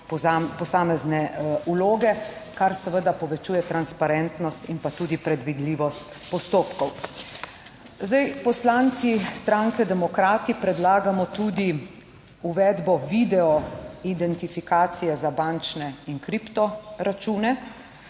posamezne vloge, kar seveda povečuje transparentnost in pa tudi predvidljivost postopkov. Zdaj, poslanci Socialne demokrati predlagamo tudi uvedbo video identifikacije za bančne in kripto račune.